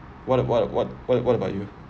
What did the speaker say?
what what what what what about you